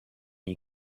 you